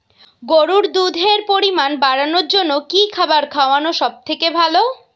গরুর দুধের পরিমাণ বাড়ানোর জন্য কি খাবার খাওয়ানো সবথেকে ভালো?